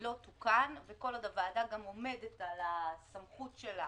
לא תוקן וכל עוד הוועדה גם עומדת על הסמכות שלה